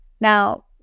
Now